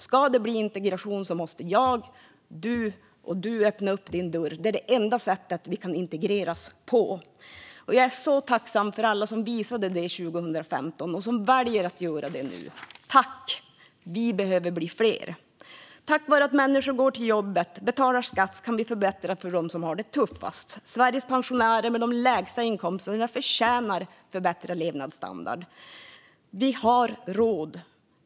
Om det ska bli integration måste jag och du öppna våra dörrar. Det är det enda sättet som vi kan integrera på. Jag är så tacksam för alla som visade det 2015 och som väljer att göra det också nu. Tack! Vi behöver bli fler. Tack vare att människor går till jobbet och betalar skatt kan vi förbättra för dem som har det tuffast. Sveriges pensionärer med de lägsta inkomsterna förtjänar bättre levnadsstandard. Vi har råd.